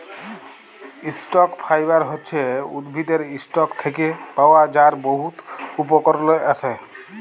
stock fibre হছে উদ্ভিদের ইসটক থ্যাকে পাওয়া যার বহুত উপকরলে আসে